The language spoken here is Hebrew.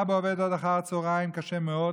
אבא עובד עד אחרי הצוהריים, קשה מאוד.